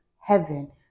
heaven